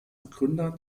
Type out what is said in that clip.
begründer